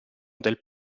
del